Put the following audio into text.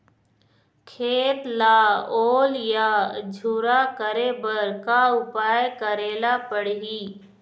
खेत ला ओल या झुरा करे बर का उपाय करेला पड़ही?